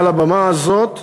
מעל הבמה הזאת,